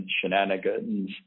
shenanigans